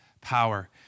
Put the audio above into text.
power